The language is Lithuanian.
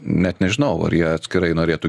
net nežinau ar jie atskirai norėtų